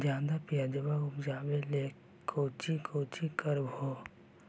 ज्यादा प्यजबा उपजाबे ले कौची कौची कर हो?